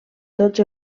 tots